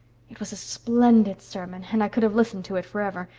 it was a splendid sermon and i could have listened to it forever,